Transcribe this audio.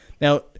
Now